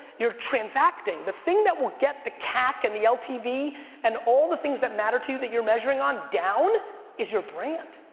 you're transacting. the thing that will get the cac and the ltv and all the things that matter to you that you're measuring on down is your brand.